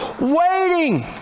waiting